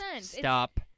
Stop